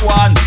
one